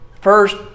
first